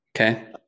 Okay